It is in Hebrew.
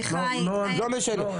לא משנה.